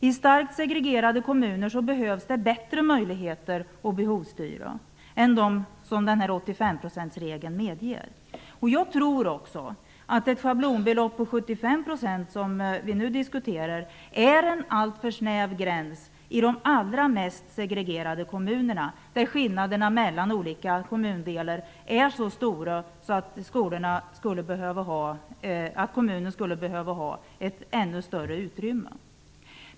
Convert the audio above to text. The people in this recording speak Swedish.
I starkt segregerade kommuner behövs det större möjligheter att behovsstyra än dem som 85-procentsregeln medger. Jag tror att också att ett schablonbelopp på 75 %- som vi nu diskuterar - är en alltför snäv gräns i de allra mest segregerade kommunerna, där skillnaderna mellan olika kommundelar är så stora att dessa kommuner skulle behöva ha ett ännu större utrymme.